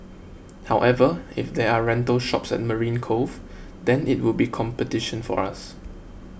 however if there are rental shops at Marine Cove then it would be competition for us